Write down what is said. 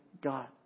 God